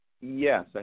yes